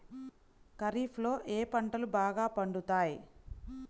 ఖరీఫ్లో ఏ పంటలు బాగా పండుతాయి?